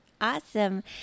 Awesome